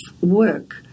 work